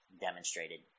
demonstrated